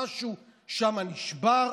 משהו שם נשבר,